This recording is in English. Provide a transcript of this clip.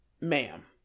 ma'am